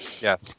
Yes